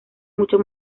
mucho